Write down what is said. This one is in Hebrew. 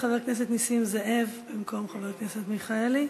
חבר הכנסת נסים זאב, במקום חבר הכנסת מיכאלי,